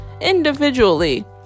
individually